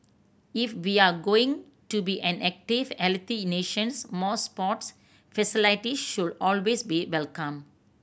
if we're going to be an active healthy nation more sports facilities should always be welcome